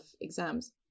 exams